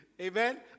Amen